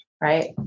right